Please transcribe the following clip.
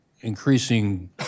increasing